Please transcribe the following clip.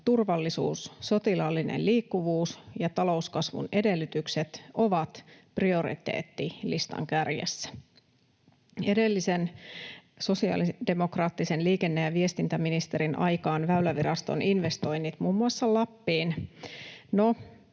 turvallisuus, sotilaallinen liikkuvuus ja talouskasvun edellytykset ovat prioriteettilistan kärjessä. Edellisen sosiaalidemokraattisen liikenne- ja viestintäministerin aikaan Väyläviraston investoinnit muun muassa Lappiin